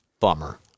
Bummer